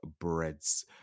breads